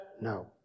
No